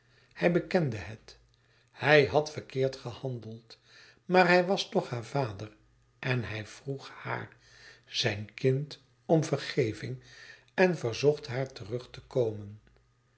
hij bekende het hij had verkeerd gehandeld maar hij was toch haar vader en hij vroeg haar zijn kind om vergeving en verzocht haar terug te komen